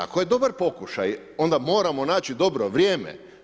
Ako je dobar pokušaj, onda moramo naći dobro vrijeme.